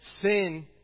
sin